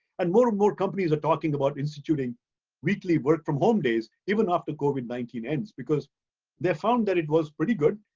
and more and more companies are talking about instituting weekly work from home days, even after covid nineteen ends because they found that it was pretty good.